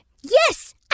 Yes